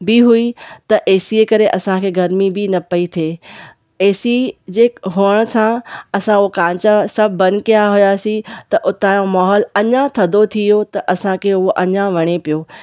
बि हुई त एसी ए करे असांखे गर्मी बि न पई थिए एसी जे हुजण सां असां उहो कांच सभु बंदि कयां हुआसीं त उतां जो माहौल अञा थधो थियो त असांखे उहो अञा वणे पियो